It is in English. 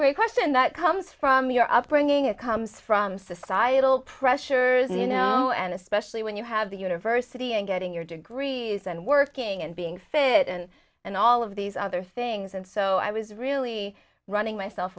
great question that comes from your upbringing it comes from societal pressures you know and especially when you have the university and getting your degrees and working and being fit and and all of these other things and so i was really running myself